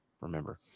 remember